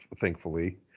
thankfully